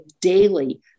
daily